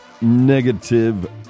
Negative